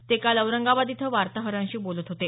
ते काल औरंगाबाद इथं वार्ताहरांशी बोलत होते